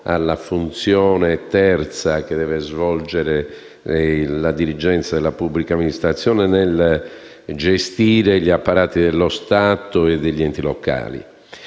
alla funzione terza che deve svolgere la dirigenza della pubblica amministrazione nella gestione degli apparati dello Stato e degli enti locali